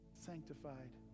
sanctified